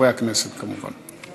חברי הכנסת כמובן.